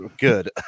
good